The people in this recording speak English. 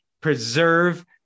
preserve